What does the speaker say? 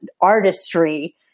artistry